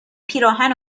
پیراهن